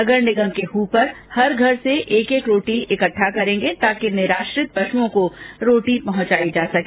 नगर निगम के हूपर हर घर से एक एक रोटी एकत्रित करेंगे ताकि निराश्रित पशुओं को रोटी पहुंचाई जा सके